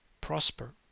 prosper